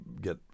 get